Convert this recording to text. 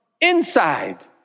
inside